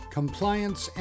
compliance